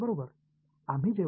மாணவர் சரி